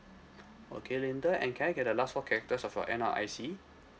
okay linda and can I get the last four characters of your N_R_I_C